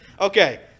Okay